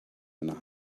and